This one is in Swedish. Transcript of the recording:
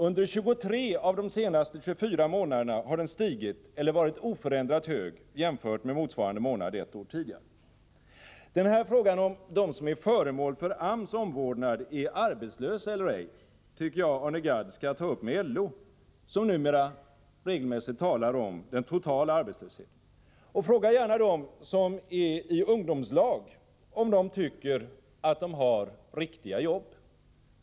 Under 23 av de senaste 24 månaderna har den stigit eller varit oförändrat hög jämfört med motsvarande månad ett år tidigare. Frågan om huruvida de som är föremål för AMS omvårdnad är arbetslösa eller ej tycker jag att Arne Gadd skall ta upp med LO, som numera regelmässigt talar om den totala arbetslösheten. Fråga också gärna dem som arbetar i ungdomslag om de tycker att de har riktiga jobb!